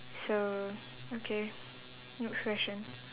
so okay next question